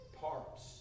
parts